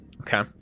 Okay